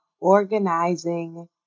organizing